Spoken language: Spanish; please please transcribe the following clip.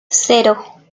cero